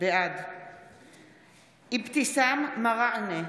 בעד אבתיסאם מראענה,